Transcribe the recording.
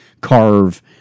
carve